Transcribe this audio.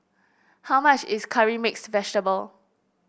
how much is Curry Mixed Vegetable